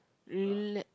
relax